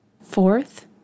Fourth